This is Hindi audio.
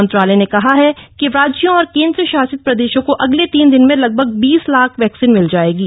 मंत्रालय ने कहा कि राज्यों और केन्द्रशासित प्रदेशों को अगले तीन दिन में लगभग बीस लाख वैक्सीन मिल जाएंगी